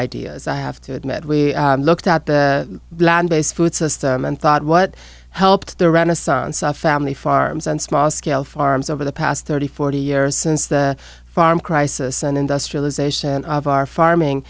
ideas i have to admit we looked at the land based food system and thought what helped the renaissance our family farms and small scale farms over the past thirty forty years since the farm crisis and industrialization of our farming